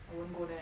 I won't go there